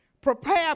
Prepare